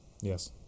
Yes